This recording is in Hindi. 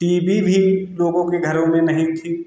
टी वी भी लोगों के घरों में नहीं थी